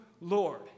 Lord